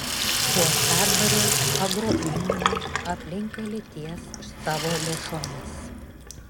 uostadvario agroįmonė aplinkkelį ties savo lėšomis